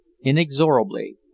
inexorably